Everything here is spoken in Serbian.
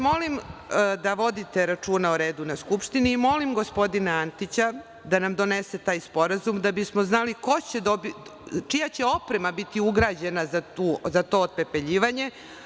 Molim vas da vodite računa o redu na Skupštini i molim gospodina Antića da nam donese taj sporazum, da bismo znali čija će oprema biti ugrađena za to otpepeljivanje.